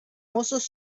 mozos